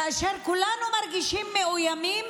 כאשר כולנו מרגישים מאוימים.